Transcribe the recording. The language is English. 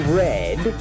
red